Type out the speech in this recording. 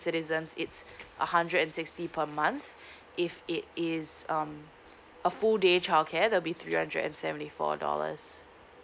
citizens it's a hundred and sixty per month if it is um a full day childcare there will be three hundred and seventy four dollars